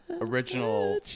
original